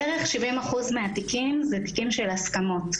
בערך 70 אחוזים מהתיקים אלה תיקים של הסכמות,